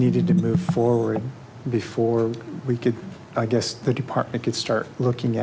needed to move forward before we could i guess the department could start looking